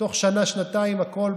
תוך שנה-שנתיים הכול,